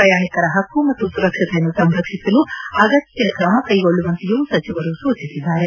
ಪ್ರಯಾಣಿಕರ ಹಕ್ಕು ಮತ್ತು ಸುರಕ್ಷತೆಯನ್ನು ರಕ್ಷಿಸಲು ಅಗತ್ಯ ಕ್ರಮ ಕ್ಷೆಗೊಳ್ಳುವಂತೆಯೂ ಸಚಿವರು ಸೂಚಿಸಿದ್ದಾರೆ